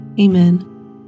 Amen